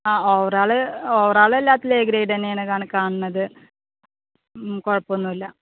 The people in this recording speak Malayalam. ആ ഓവർഓൾ ഓവർഓൾ എല്ലാത്തിൽ എ ഗ്രേഡ് തന്നെയാണ് കാണുന്നത് ഉം കുഴപ്പമൊന്നുമില്ല